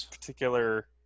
particular